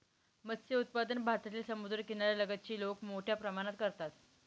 मत्स्य उत्पादन भारतातील समुद्रकिनाऱ्या लगतची लोक मोठ्या प्रमाणात करतात